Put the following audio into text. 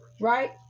right